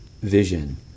Vision